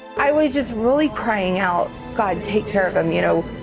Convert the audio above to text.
i was just really praying out, god take care of him, you know,